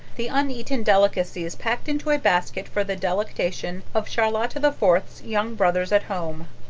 the uneaten delicacies packed into a basket for the delectation of charlotta the fourth's young brothers at home.